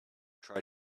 try